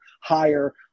higher